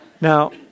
Now